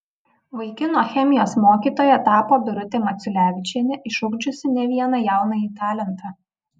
vaikino chemijos mokytoja tapo birutė maciulevičienė išugdžiusi ne vieną jaunąjį talentą